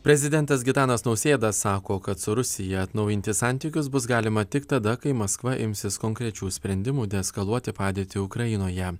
prezidentas gitanas nausėda sako kad su rusija atnaujinti santykius bus galima tik tada kai maskva imsis konkrečių sprendimų deeskaluoti padėtį ukrainoje